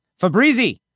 Fabrizi